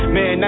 Man